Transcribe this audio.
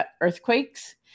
earthquakes